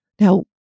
Now